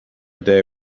day